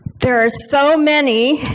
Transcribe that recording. there are so many